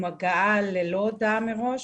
עם הגעה ללא הודעה מראש.